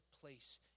place